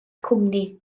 cwmni